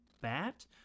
bat